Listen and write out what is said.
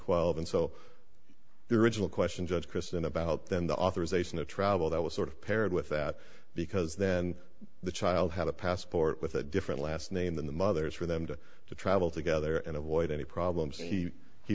twelve and so their original question judge kristen about them the authorization to travel that was sort of paired with that because then the child had a passport with a different last name than the mother's for them to to travel together and avoid any problems he he